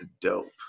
dope